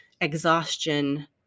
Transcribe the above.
exhaustion